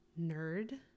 nerd